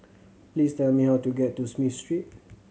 please tell me how to get to Smith Street